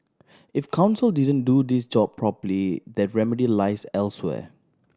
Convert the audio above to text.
if counsel didn't do this job properly the remedy lies elsewhere